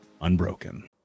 unbroken